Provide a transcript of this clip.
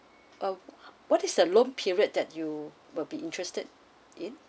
uh what is the loan period that you will be interested in